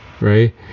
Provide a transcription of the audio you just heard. right